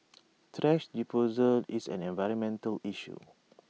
thrash disposal is an environmental issue